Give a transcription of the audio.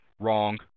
wrong